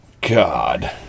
God